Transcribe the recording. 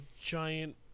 giant